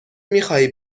میخواهی